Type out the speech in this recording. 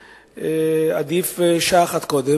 ועדיף שעה אחת קודם.